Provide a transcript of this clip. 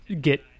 get